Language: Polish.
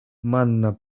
manna